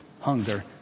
hunger